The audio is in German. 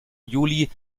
juli